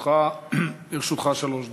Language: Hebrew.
לרשותך שלוש דקות.